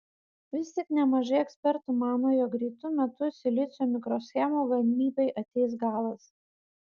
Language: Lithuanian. vis tik nemažai ekspertų mano jog greitu metu silicio mikroschemų gamybai ateis galas